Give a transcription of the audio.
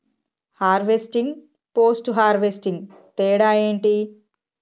Harvesting, post harvesting తేడా ఏంటి?